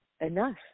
enough